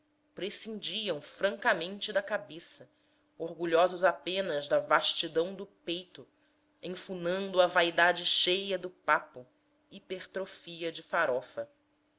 filosóficos prescindiam francamente da cabeça orgulhosos apenas da vastidão do peito enfunando a vaidade cheia do papo hipertrofia de farofa